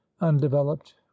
undeveloped